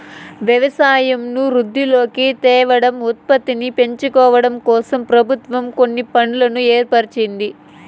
వ్యవసాయంను వృద్ధిలోకి తేవడం, ఉత్పత్తిని పెంచడంకోసం ప్రభుత్వం కొన్ని ఫండ్లను ఏర్పరిచింది